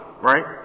Right